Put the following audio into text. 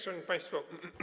Szanowni Państwo!